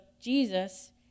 Jesus